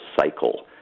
cycle